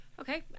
Okay